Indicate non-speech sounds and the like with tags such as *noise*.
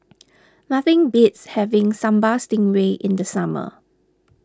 *noise* nothing beats having Sambal Stingray in the summer